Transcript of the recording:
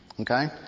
Okay